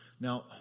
Now